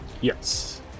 Yes